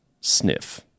Sniff